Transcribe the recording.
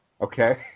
Okay